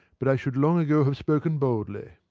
but i should long ago have spoken boldly.